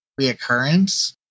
reoccurrence